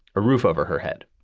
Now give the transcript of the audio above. a roof over her head.